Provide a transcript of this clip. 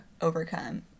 overcome